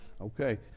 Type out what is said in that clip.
Okay